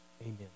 Amen